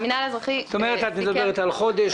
את מדברת על חודש?